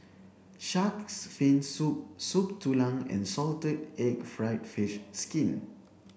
shark's fin soup Soup Tulang and salted egg fried fish skin